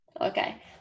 okay